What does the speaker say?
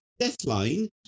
Deathline